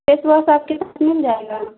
face wash آپ کے پاس مل جائے گا